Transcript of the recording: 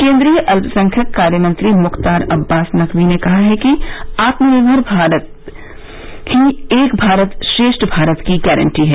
केन्द्रीय अल्पसंख्यक कार्य मंत्री मुख्तार अब्बास नकवी ने कहा कि आत्मनिर्मर भारत ही एक भारत श्रेष्ठ भारत की गारंटी है